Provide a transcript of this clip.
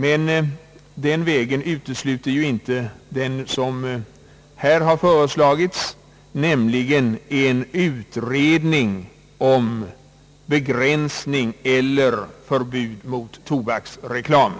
Men det utesluter inte vad som här har föreslagits, nämligen en utredning om begränsning eller förbud mot tobaksreklam.